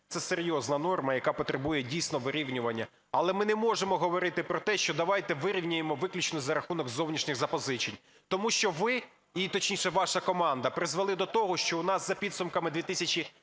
це серйозна норма, яка потребує дійсно вирівнювання. Але ми не можемо говорити про те, що давайте вирівняємо виключно за рахунок зовнішніх запозичень, тому що ви, точніше, ваша команда, призвели до того, що в нас за підсумками 2019